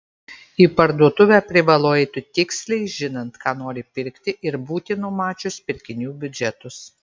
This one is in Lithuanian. į parduotuvę privalu eiti tiksliai žinant ką nori pirkti ir būti numačius pirkinių biudžetus